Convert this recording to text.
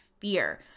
fear